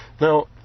Now